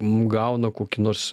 gauna kokį nors